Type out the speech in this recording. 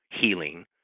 healing